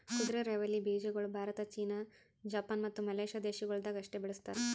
ಕುದುರೆರೈವಲಿ ಬೀಜಗೊಳ್ Bharat, China, Japan, ಮತ್ತ ಮಲೇಷ್ಯಾ ದೇಶಗೊಳ್ದಾಗ್ ಅಷ್ಟೆ ಬೆಳಸ್ತಾರ್